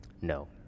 No